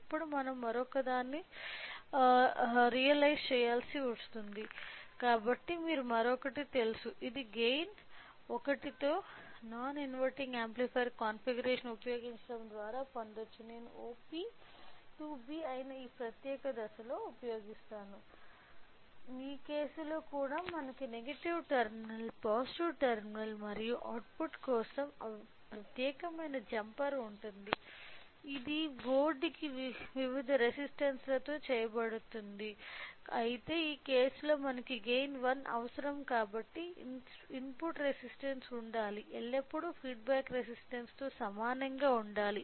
ఇప్పుడు మనం మరొకదాన్ని రియలైజ్ చేయాల్సివుంది కాబట్టి మీకు మరొకటి తెలుసు ఇది గైన్ 1 తో నాన్ ఇన్వర్టింగ్ యాంప్లిఫైయర్ కాన్ఫిగరేషన్ను ఉపయోగించడం ద్వారా పొందవచ్చు నేను OP 2B అయిన ఈ ప్రత్యేక దశ లో ఉపయోగిస్తాను ఈ కేసు లో కూడా మనకు నెగటివ్ టెర్మినల్ పాజిటివ్ టెర్మినల్ మరియు అవుట్పుట్ కోసం ప్రత్యేకమైన జంపర్ ఉంది ఇది బోర్డుకి వివిధ రెసిస్టెన్సులతో చెయ్యబడింది అయితే ఈ కేసు లో మనకు గైన్ 1 అవసరం కాబట్టి ఇన్పుట్ రెసిస్టన్స్ ఉండాలి ఎల్లప్పుడూ ఫీడ్బ్యాక్ రెసిస్టెన్సుతో సమానంగా ఉండాలి